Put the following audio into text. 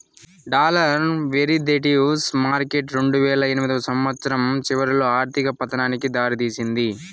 dollar derivatives market రెండువేల ఎనిమిదో సంవచ్చరం చివరిలో ఆర్థిక పతనానికి దారి తీసింది